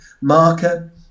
marker